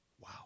Wow